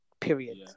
Period